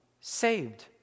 saved